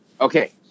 Okay